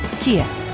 Kia